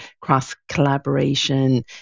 cross-collaboration